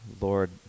Lord